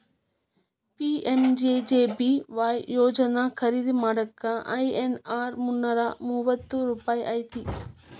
PMJJBY ಯೋಜನಾ ಖರೇದಿ ಮಾಡಾಕ ಐ.ಎನ್.ಆರ್ ಮುನ್ನೂರಾ ಮೂವತ್ತ ರೂಪಾಯಿ ಐತಿ